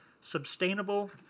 Sustainable